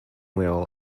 wheel